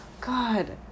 god